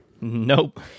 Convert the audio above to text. Nope